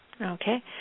Okay